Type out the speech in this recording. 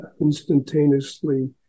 instantaneously